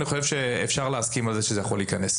אני חושב שאפשר להסכים על זה שזה יכול להיכנס.